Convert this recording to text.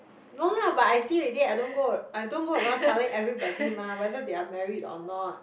no lah but I see already I don't go I don't go around telling everybody mah whether they're married or not